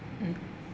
mm